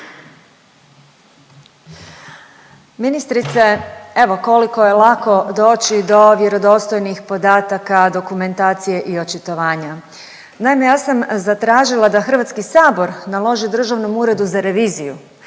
Ministrice evo koliko je lako doći do vjerodostojnih podataka, dokumentacije i očitovanja. Naime, ja sam zatražila da Hrvatski sabor naloži Državnom uredu za reviziju